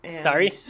Sorry